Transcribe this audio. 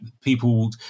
people